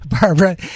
Barbara